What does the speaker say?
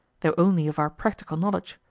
though only of our practical knowledge,